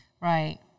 right